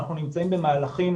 אנחנו נמצאים במהלכים